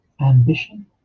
ambition